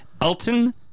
Elton